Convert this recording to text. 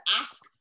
ask